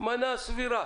מנה סבירה.